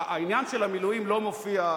העניין של המילואים לא מופיע,